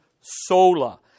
sola